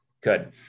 Good